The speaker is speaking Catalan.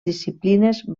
disciplines